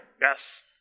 Yes